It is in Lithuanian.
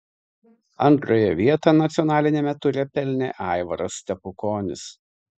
antrąją vietą nacionaliniame ture pelnė aivaras stepukonis